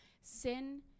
sin